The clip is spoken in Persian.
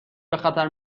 بخطر